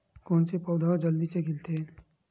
कोन से पौधा ह जल्दी से खिलथे?